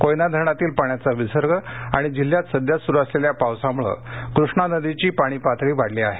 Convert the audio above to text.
कोयना धरणातील पाण्याचा विसर्ग आणि जिल्ह्यात सध्या सुरू असलेल्या पावसामुळे कृष्णा नदीची पाणी पातळी वाढली आहे